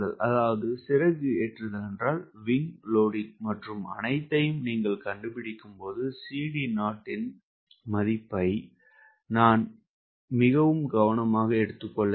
எனவே இந்த சிறகு ஏற்றுதல் மற்றும் அனைத்தையும் நீங்கள் கண்டுபிடிக்கும்போது CD0 இன் மதிப்பை நாம் மிகவும் கவனமாக எடுத்துக்கொள்ள வேண்டும்